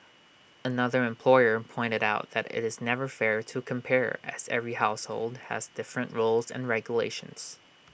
another employer pointed out that IT is never fair to compare as every household has different rules and regulations